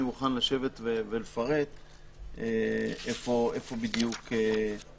אני מוכן לשבת ולפרט איפה בדיוק צריך להיות.